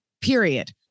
period